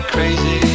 Crazy